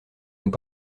nous